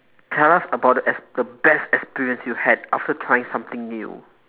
tell us about the ex~ the best experience you've had after trying something new